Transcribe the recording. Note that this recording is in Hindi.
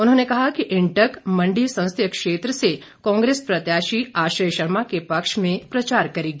उन्होंने कहा कि इंटक मंडी संसदीय क्षेत्र से कांग्रेस प्रत्याशी आश्रय शर्मा के पक्ष में प्रचार करेगी